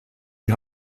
die